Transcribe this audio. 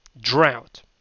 Drought